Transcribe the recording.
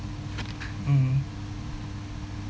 mm